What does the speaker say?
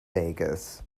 vegas